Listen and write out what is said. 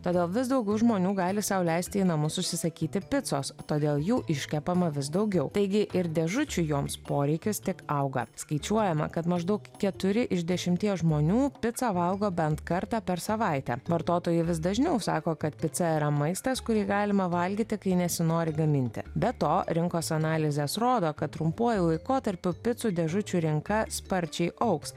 todėl vis daugiau žmonių gali sau leisti į namus atsisakyti picos todėl jų iškepama vis daugiau taigi ir dėžučių joms poreikis tik auga skaičiuojama kad maždaug keturi iš dešimties žmonių picą valgo bent kartą per savaitę vartotojai vis dažniau sako kad pica yra maistas kurį galima valgyti kai nesinori gaminti be to rinkos analizės rodo kad trumpuoju laikotarpiu picų dėžučių rinka sparčiai augs